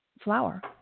flower